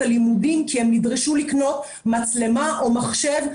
הלימודים כי הם נדרשו לקנות מצלמה או מחשב.